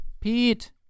Pete